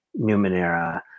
Numenera